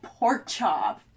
Porkchop